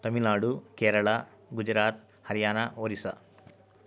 Tamil Nadu Kerala Gujarat Haryana Orissa